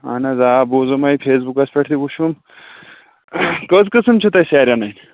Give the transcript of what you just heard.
اَہن حظ آ بوٗزُم ہَے فیسبُکَس پٮ۪ٹھ تہِ وٕچھُم کٔژ قٕسٕم چھِو تۄہہِ سیرِ اَنٕنۍ